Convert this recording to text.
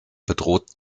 bedroht